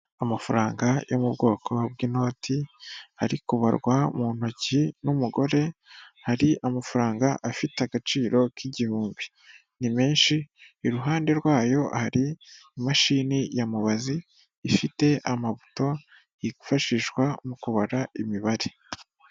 Amafaranga yo mu bwoko bw'inoti ari kubarwa mu ntoki n'umugore hari amafaranga afite agaciro k'igihumbi. Ni menshi iruhande rwayo hari imashini ya mubazi ifite amabuto yifashishwa mu kubara imibare.